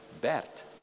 Bert